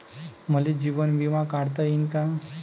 मले जीवन बिमा काढता येईन का?